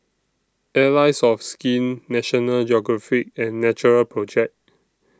Allies of Skin National Geographic and Natural Project